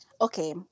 Okay